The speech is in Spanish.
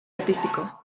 artístico